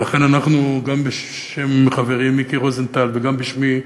ולכן אנחנו, גם בשם חברי מיקי רוזנטל וגם בשמי,